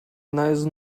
nice